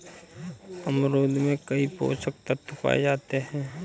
अमरूद में कई पोषक तत्व पाए जाते हैं